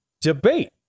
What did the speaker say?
debate